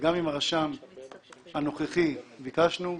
וגם מן הרשם הנוכחי ביקשנו.